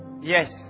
Yes